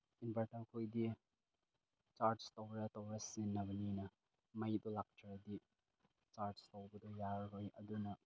inverter ꯈꯣꯏꯗꯤ charge ꯇꯧꯔ ꯇꯧꯔ ꯁꯤꯖꯤꯟꯅꯕꯅꯤꯅ ꯃꯩꯗꯣ ꯂꯥꯛꯇ꯭ꯔꯗꯤ ꯆꯥꯔꯖ ꯇꯧꯕꯗ ꯌꯥꯔꯔꯣꯏ ꯑꯗꯨꯅ